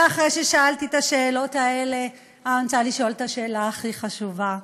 ואחרי ששאלתי את השאלות האלה אני רוצה לשאול את השאלה הכי חשובה,